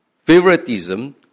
favoritism